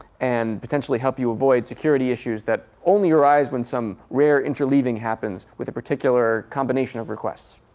and potentially help you avoid security issues that only arise when some rare interleaving happens with a particular combination of requests.